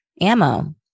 ammo